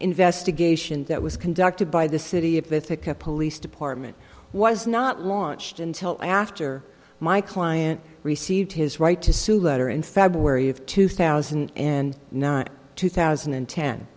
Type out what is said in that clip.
investigation that was conducted by the city of the thick of police department was not launched until after my client received his right to sue letter in february of two thousand and nine two thousand and ten